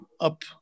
up